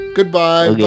Goodbye